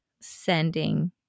sending